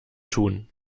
tun